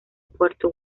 puerto